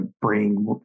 brain